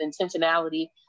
intentionality